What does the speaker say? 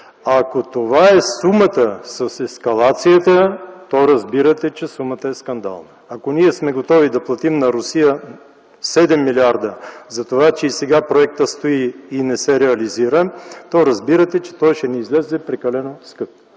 Ако това е сумата с ескалацията, то разбирате, че сумата е скандална. Ако ние сме готови да платим на Русия 7 милиарда за това, че и сега проектът стои и не се реализира, то разбирате, че той ще ни излезе прекалено скъпо.